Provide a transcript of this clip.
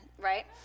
right